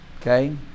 Okay